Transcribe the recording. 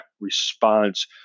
response